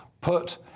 put